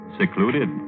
secluded